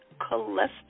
cholesterol